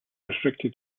restricted